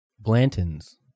Blanton's